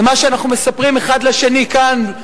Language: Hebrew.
זה מה שאנחנו מספרים האחד לשני כאן,